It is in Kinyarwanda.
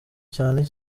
cyane